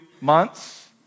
months